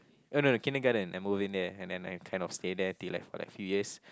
eh no kindergarten I move in there and then I kind of stay there till like for a few years